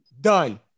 done